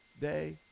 day